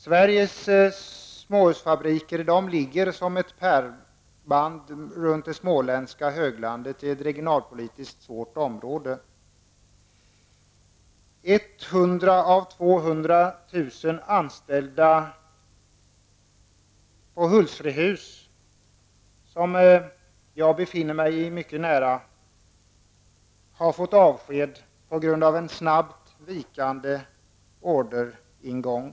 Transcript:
Sveriges småhusfabriker ligger som ett pärlband runt det småländska höglandet i ett regionalpolitiskt utsatt område. 100 000 av 200 000 anställda på Hultsfredshus, som jag geografiskt befinner mig mycket nära, har fått avsked på grund av en snabbt vikande orderingång.